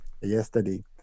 yesterday